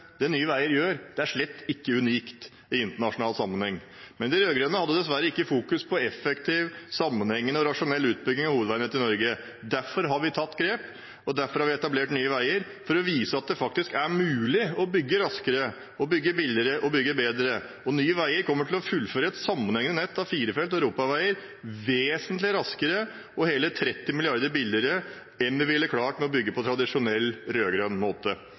de rød-grønne hadde dessverre ikke fokus på effektiv, sammenhengende og rasjonell utbygging av hovedveinettet i Norge. Derfor har vi tatt grep, og derfor har vi etablert Nye Veier for å vise at det faktisk er mulig å bygge raskere, billigere og bedre. Nye Veier kommer til å fullføre et sammenhengende nett av firefelts europaveier vesentlig raskere og hele 30 mrd. kr billigere enn vi ville klart ved å bygge på tradisjonell «rød-grønn» måte,